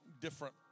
different